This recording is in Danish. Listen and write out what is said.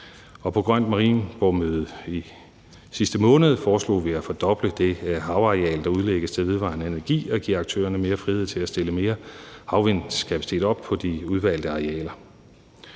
det grønne Marienborgmøde i sidste måned foreslog vi at fordoble det havareal, der udlægges til vedvarende energi, og give aktørerne mere frihed til at stille mere havvindskapacitet op på de udvalgte arealer.